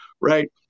right